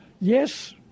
yes